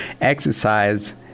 exercise